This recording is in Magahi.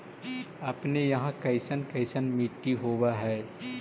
अपने यहाँ कैसन कैसन मिट्टी होब है?